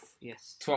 yes